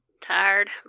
tired